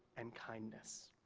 and kindness.